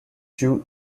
chew